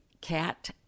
cat